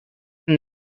from